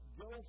go